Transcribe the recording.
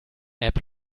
app